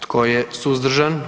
Tko je suzdržan?